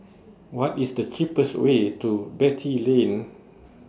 What IS The cheapest Way to Beatty Lane